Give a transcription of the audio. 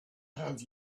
has